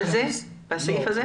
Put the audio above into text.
על הסעיף הזה?